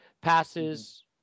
passes